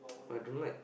I don't like